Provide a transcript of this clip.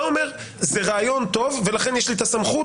אתה אומר, זה רעיון טוב ולכן יש לי את הסמכות.